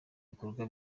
bikorwa